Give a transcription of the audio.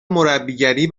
مربیگری